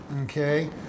Okay